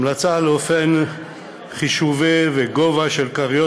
היא המליצה על אופן החישוב והגובה של כריות